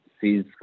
sees